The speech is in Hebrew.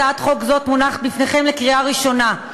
הצעת חוק זאת מונחת בפניכם לקריאה ראשונה.